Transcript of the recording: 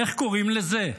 איך קוראים לזה?